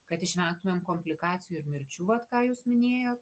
kad išvengtumėm komplikacijų ir mirčių vat ką jūs minėjot